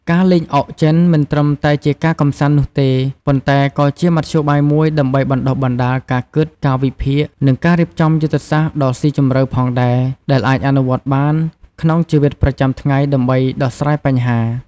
ការលេងអុកចិនមិនត្រឹមតែជាការកម្សាន្តនោះទេ ប៉ុន្តែក៏ជាមធ្យោបាយមួយដើម្បីបណ្ដុះបណ្ដាលការគិត ការវិភាគ និងការរៀបចំយុទ្ធសាស្ត្រដ៏ស៊ីជម្រៅផងដែរ ដែលអាចអនុវត្តបានក្នុងជីវិតប្រចាំថ្ងៃដើម្បីដោះស្រាយបញ្ហា។